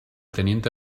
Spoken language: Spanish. teniente